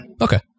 Okay